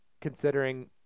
considering